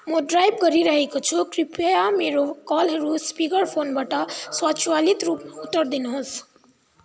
म ड्राइभ गरिरहेको छु कृपया मेरो कलहरू स्पिकर फोनबाट स्वाचालित रूपमा उत्तर दिनुहोस्